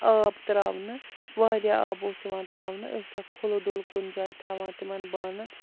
آب ترٛاونہٕ واریاہ آب اوس یِوان ترٛاونہٕ ٲسۍ تَتھ کھُلہٕ ڈُلہٕ کُنہِ جایہِ تھاوان تِمَن بانَن